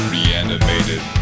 Reanimated